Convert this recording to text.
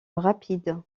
rapide